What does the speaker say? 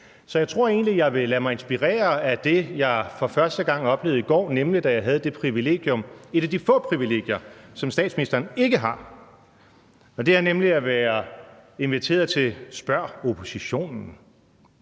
Så jeg tror egentlig, jeg vil lade mig inspirere af det, jeg for første gang oplevede i går, da jeg havde et af de få privilegier, som statsministeren ikke har, og det er nemlig at være inviteret til »Ring til oppositionen«